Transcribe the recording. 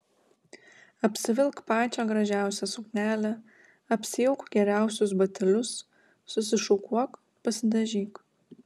apsivilk pačią gražiausią suknelę apsiauk geriausius batelius susišukuok pasidažyk